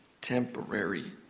temporary